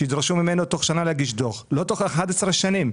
שידרשו ממנו תוך שנה להגיש דוח, לא תוך 11 שנים.